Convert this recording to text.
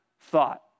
thought